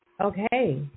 Okay